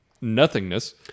nothingness